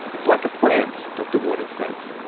it's like a plant, dr waters says.